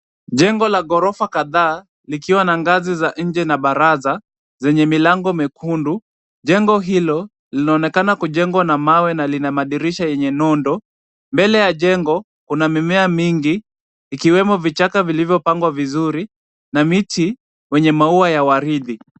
Jengo la ghorofa kadhaa likiwa na ngazi za nje na baraza zenye milango miekundu. Jengo hilo, linaonekana kujengwa na mawe na lina madirisha yenye nondo. Mbele ya jengo kuna mimea mingi, ikiwemo vichaka vilivyopangwa vizuri na miti wenye maua ya waridi.